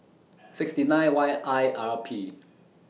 sixty nine Y I R P